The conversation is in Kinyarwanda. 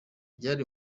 byari